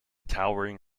towering